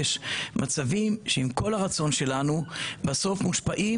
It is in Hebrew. יש מצבים שעם כל הרצון שלנו בסוף מושפעים